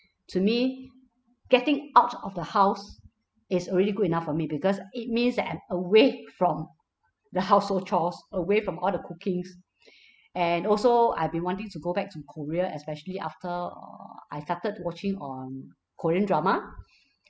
to me getting out of the house is already good enough for me because it means that I'm away from the household chores away from all the cookings and also I've been wanting to go back to korea especially after uh I started watching on korean drama